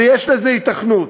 ויש לזה היתכנות,